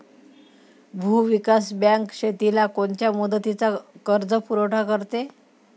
भूविकास बँक शेतीला कोनच्या मुदतीचा कर्जपुरवठा करते?